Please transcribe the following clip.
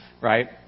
Right